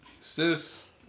sis